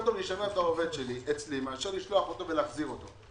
טוב לשמר את העובד שלי אצלי מאשר לשלוח אותו ולהחזיר אותו.